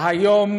והיום